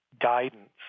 guidance